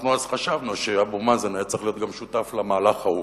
אנחנו חשבנו אז שאבו מאזן היה צריך להיות שותף גם למהלך ההוא.